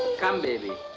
come baby.